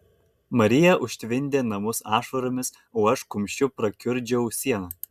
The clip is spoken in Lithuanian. marija užtvindė namus ašaromis o aš kumščiu prakiurdžiau sieną